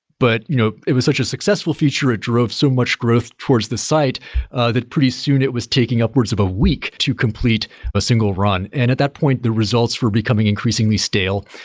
but you know it was such a successful feature it drove so much growth towards the site that pretty soon it was taking upwards of a week to complete a single run. and at that point, the results were becoming increasingly stale.